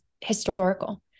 historical